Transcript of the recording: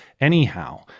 anyhow